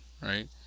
right